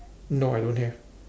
no I don't have